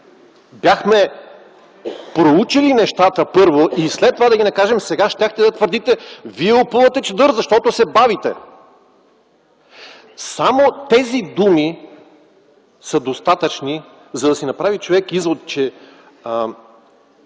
бяхме проучили нещата първо и след това да ги накажем, сега щяхте да твърдите: вие опъвате чадър, защото се бавите. Само тези думи са достатъчни, за да си направи човек извод, че